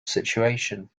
situation